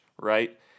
right